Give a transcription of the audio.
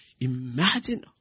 Imagine